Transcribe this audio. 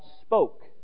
spoke